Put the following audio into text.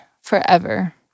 forever